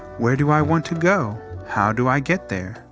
where do i want to go? how do i get there?